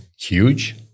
huge